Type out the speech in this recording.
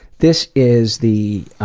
this is the